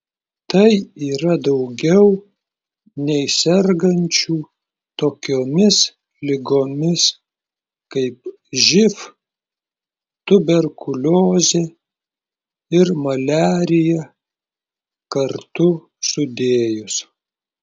tai yra daugiau nei sergančių tokiomis ligomis kaip živ tuberkuliozė ir maliarija kartu sudėjus